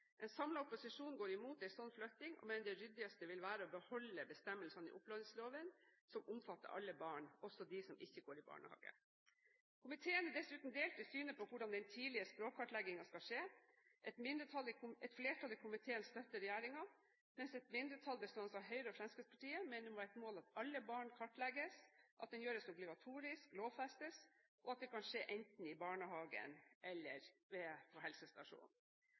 En samlet opposisjon går mot slik flytting og mener det ryddigste vil være å beholde bestemmelsene i opplæringsloven som omfatter alle barn, også dem som ikke går i barnehage. Komiteen er dessuten delt i synet på hvordan den tidligste språkkartleggingen skal skje. Et flertall i komiteen støtter regjeringen, mens et mindretall, bestående av Høyre og Fremskrittspartiet, mener at det må være et mål at alle barn kartlegges, at det gjøres obligatorisk, at det lovfestes, og at det kan skje enten i barnehagen eller på helsestasjonen.